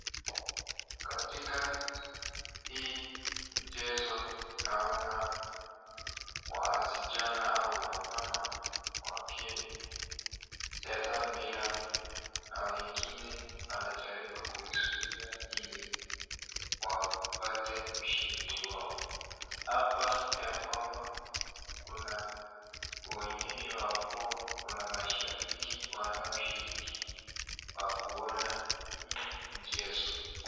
Katika hii mchezo, naona wasichana au wamama wakicheza mpira na wengine wanajaribu kuizuia ili wapate ushindi wao. Hapa ya kwamba kuna maonyesho ya kuwa kuna mashabiki wanaoshiriki kwa kuona hii mchezo.